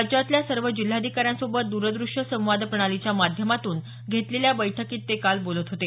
राज्यातल्या सर्व जिल्हाधिकाऱ्यांसोबत दूरदृश्य संवाद प्रणालीच्या माध्यमातून घेतलेल्या बैठकीत ते काल बोलत होते